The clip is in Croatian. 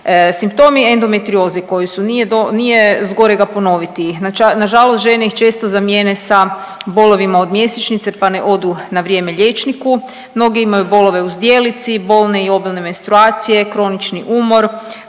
Simptomi endometrioze koji su, nije zgorega ponoviti, nažalost žene ih često zamijene sa bolovima od mjesečnice pa ne odu na vrijeme liječniku. Mnoge imaju bolove u zdjelici, bolne i obilne menstruacije, kronični umor,